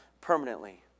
permanently